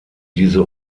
diese